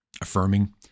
affirming